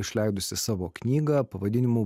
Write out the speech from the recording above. išleidusi savo knygą pavadinimu